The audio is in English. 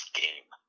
game